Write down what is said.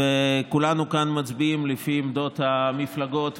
וכולנו כאן מצביעים לפי עמדות המפלגות,